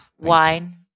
Wine